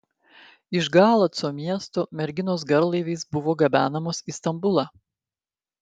iš galaco miesto merginos garlaiviais buvo gabenamos į stambulą